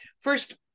First